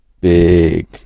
big